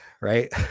right